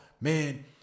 man